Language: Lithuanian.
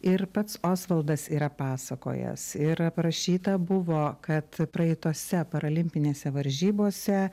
ir pats osvaldas yra pasakojęs ir parašyta buvo kad praeitose parolimpinėse varžybose